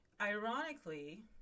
Ironically